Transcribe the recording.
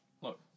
look